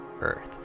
earth